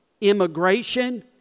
immigration